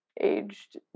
aged